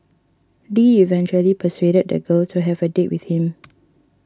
Lee eventually persuaded the girl to have a date with him